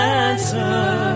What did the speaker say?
answer